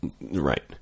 right